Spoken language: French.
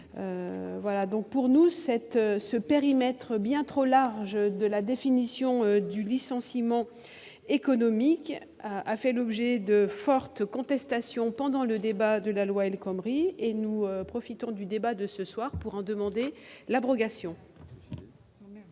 d'une prime. Ce périmètre bien trop large de la définition du licenciement économique a fait l'objet de fortes contestations lors des débats sur la loi El Khomri. Nous profitons du débat de ce soir pour demander l'abrogation